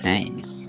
Nice